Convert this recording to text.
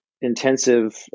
intensive